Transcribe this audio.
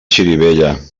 xirivella